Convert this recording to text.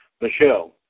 Michelle